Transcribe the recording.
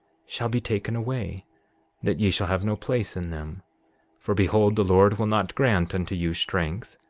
shall be taken away that ye shall have no place in them for behold, the lord will not grant unto you strength,